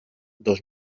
dos